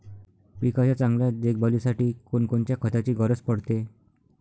पिकाच्या चांगल्या देखभालीसाठी कोनकोनच्या खताची गरज पडते?